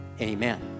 Amen